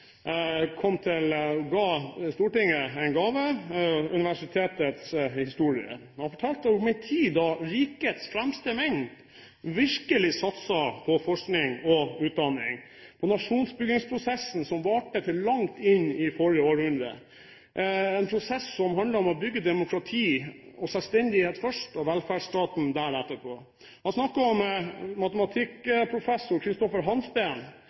ga Stortinget en gave: universitetets historie. Han fortalte om en tid da rikets fremste menn virkelig satset på forskning og utdanning, og om nasjonsbyggingsprosessen, som varte til langt inn i forrige århundre, en prosess som handlet om først å bygge demokrati og selvstendighet og deretter velferdsstaten. Han snakket om